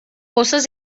bosses